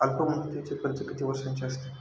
अल्पमुदतीचे कर्ज किती वर्षांचे असते?